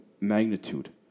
magnitude